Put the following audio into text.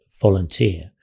volunteer